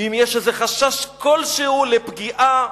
אם יש איזה חשש, כלשהו, לפגיעה